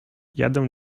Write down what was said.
jadę